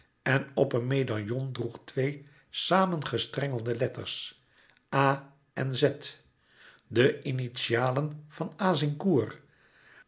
en op een medaillon droeg louis couperus metamorfoze twee saamgestrengelde letters a en z de initialen van